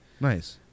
Nice